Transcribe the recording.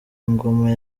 ngoma